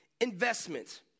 investment